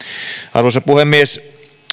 arvoisa puhemies